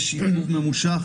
יש עיוות ממושך,